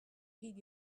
heed